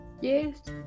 Yes